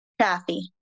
Kathy